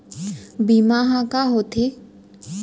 बीमा ह का होथे?